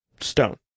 stone